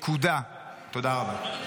תודה רבה.